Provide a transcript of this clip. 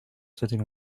sitting